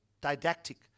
Didactic